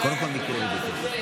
אתה שר